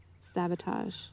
sabotage